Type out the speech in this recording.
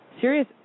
serious